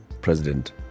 president